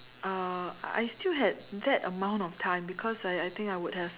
uh I still had that amount of time because I think I I would have